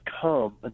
come